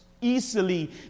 easily